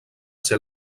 ser